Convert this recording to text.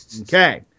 Okay